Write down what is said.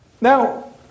Now